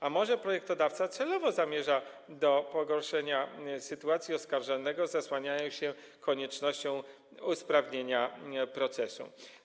A może projektodawca celowo zmierza do pogorszenia sytuacji oskarżonego, zasłaniając się koniecznością usprawnienia procesu?